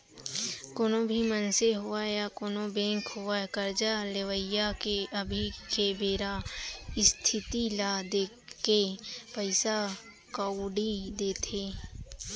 कोनो भी मनसे होवय या कोनों बेंक होवय करजा लेवइया के अभी के बेरा इस्थिति ल देखके पइसा कउड़ी देथे